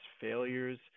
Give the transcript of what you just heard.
failures